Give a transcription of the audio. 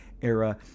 era